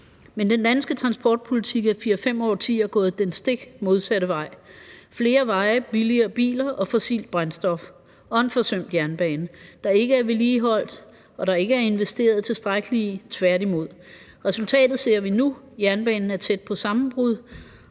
Men den danske transportpolitik er i fire-fem årtier gået den stik modsatte vej med flere veje, billigere biler og fossilt brændstof og en forsømt jernbane, der ikke er vedligeholdt, og der ikke er investeret tilstrækkeligt i, tværtimod. Resultatet ser vi nu. Jernbanen er tæt på sammenbrud,